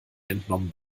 entnommen